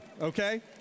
okay